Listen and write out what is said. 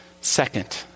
Second